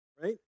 right